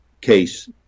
case